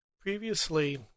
Previously